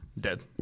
Dead